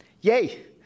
yay